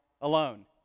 alone